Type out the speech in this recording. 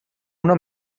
una